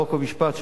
חוק ומשפט,